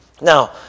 Now